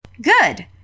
Good